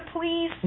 please